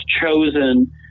chosen